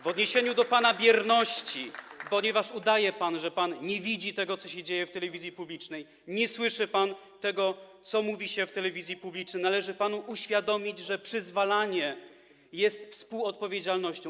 W odniesieniu do pana bierności, ponieważ udaje pan, że nie widzi pan tego, co się dzieje w telewizji publicznej, nie słyszy pan tego, co mówi się w telewizji publicznej, należy panu uświadomić, że przyzwalanie jest współodpowiedzialnością.